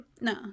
No